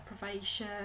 deprivation